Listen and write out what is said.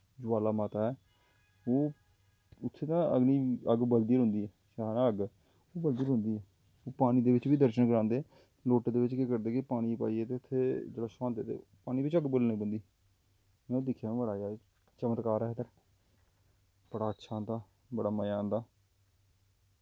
ज्वाला माता ऐ ओह् उत्थें ते अग्नि अग्ग बलदी गै रौंह्दी ऐ अग्ग बलदी ओह् बलदी गै रौंह्दी ऐ ओह् पानी दे बिच्च बी दर्शन करांदे लोटे दे बिच्च केह् करदे कि पानी च पाइयै ते उत्थें ते छुआंदे ते पानी बिच्च अग्ग बलम लगी पौंदी में दिक्खेआ बड़ा जादा चमत्कार ऐ उद्धर बड़ा अच्छा आंदा बड़ा मज़ा आंदा